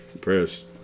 prayers